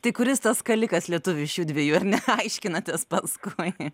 tai kuris tas skalikas lietuvių iš jųdviejų ar ne aiškinatės paskui